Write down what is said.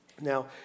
Now